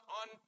on